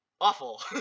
awful